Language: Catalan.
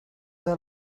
del